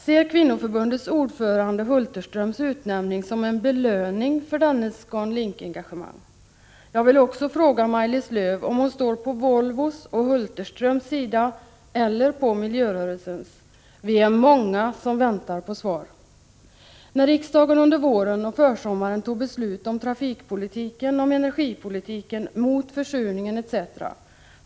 Ser Kvinnoförbundets ordförande Hulterströms utnämning som en belöning för dennes Scandinavian Link-engagemang? Jag vill fråga Maj-Lis Lööw om hon står på Volvos och Hulterströms sida eller på miljörörelsens — vi är många som väntar på svar. När riksdagen under våren och försommaren tog beslut om trafikpolitiken, om energipolitiken, mot försurningen etc.